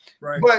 Right